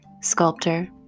sculptor